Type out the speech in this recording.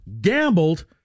gambled